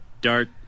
Dart